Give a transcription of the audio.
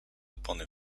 opony